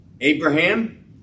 Abraham